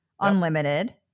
unlimited